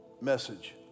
message